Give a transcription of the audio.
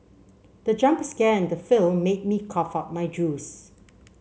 the jump scare in the film made me cough out my juice